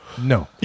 No